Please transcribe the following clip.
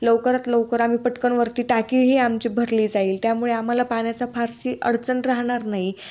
लवकरात लवकर आम्ही पटकन वरती टाकीही आमची भरली जाईल त्यामुळे आम्हाला पाण्याचा फारशी अडचण राहनार नाही